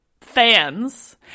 fans